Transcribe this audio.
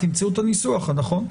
תמצאו את הניסוח הנכון.